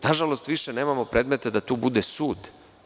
Nažalost, više nemamo predmeta da tu bude sud.